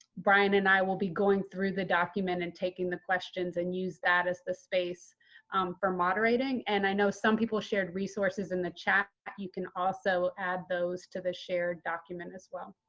brian and i will be going through the document and taking the questions and use that as the space for moderating. and i know some people shared resources in the chapter. you can also add those to the shared document as well.